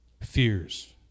fears